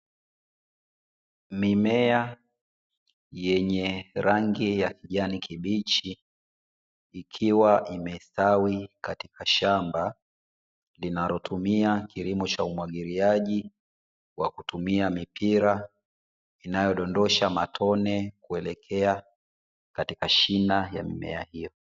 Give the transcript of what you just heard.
Mimea yenye rangi ya kijani kibichi ikiwa imestawi katika shamba linalotumia kilimo cha umwagiliaji wa kutumia mipira, inayodondosha matone kuelekea katika shina ya mimea hiyo.